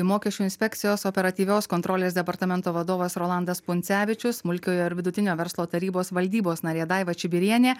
mokesčių inspekcijos operatyvios kontrolės departamento vadovas rolandas puncevičius smulkiojo ir vidutinio verslo tarybos valdybos narė daiva čibirienė